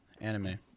anime